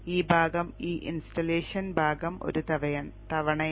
ഈ ഭാഗം ഈ ഇൻസ്റ്റലേഷൻ ഭാഗം ഒരു തവണയാണ്